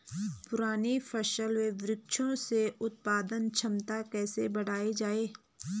पुराने फल के वृक्षों से उत्पादन क्षमता कैसे बढ़ायी जाए?